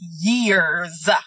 years